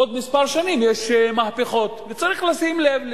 עוד כמה שנים, יש מהפכות, וצריך לשים לב לזה.